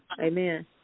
amen